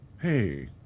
Hey